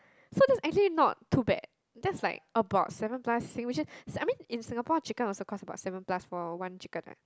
so that's actually not too bad that's like about seven plus Sing which is I mean in Singapore chicken also cost about seven plus for one chicken right